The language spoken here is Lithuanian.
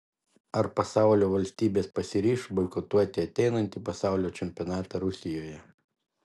ar pasaulio valstybės pasiryš boikotuoti ateinantį pasaulio čempionatą rusijoje